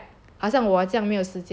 好像我这样没有时间的